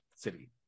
city